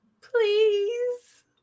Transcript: please